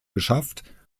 beschafft